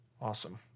Awesome